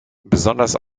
besonders